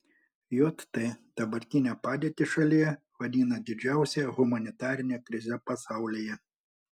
jt dabartinę padėtį šalyje vadina didžiausia humanitarine krize pasaulyje